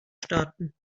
staaten